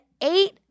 eight